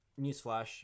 newsflash